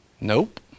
Nope